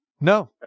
No